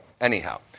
anyhow